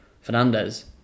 Fernandez